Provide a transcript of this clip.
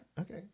okay